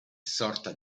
sorta